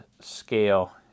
scale